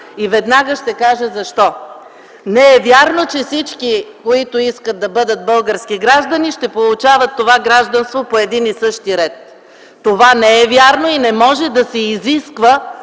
И веднага ще кажа защо. Не е вярно, че всички, които искат да бъдат български граждани, ще получават това гражданство по един и същи ред. Това не е вярно и не може да се изисква